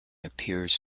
appears